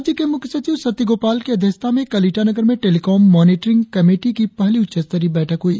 राज्य के मुख्य सचिव सत्य गोपाल की अध्यक्षता में कल ईटानगर में टेलिकॉम मानिटरिंग कमेटी की पहली उच्चस्तरीय बैठक हुई